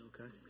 okay